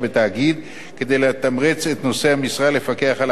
כדי לתמרץ את נושאי המשרה לפקח על העסקה בידי התאגיד.